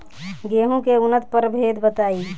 गेंहू के उन्नत प्रभेद बताई?